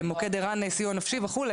סיוע נפשי וכו',